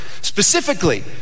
specifically